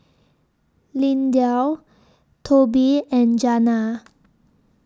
Lindell Tobin and Janna